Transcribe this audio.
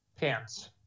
pants